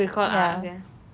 ya